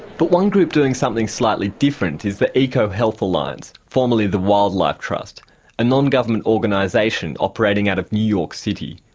but one group doing something slightly different is the ecohealth alliance, formerly the wildlife trust a non-government organisation operating out of new york city.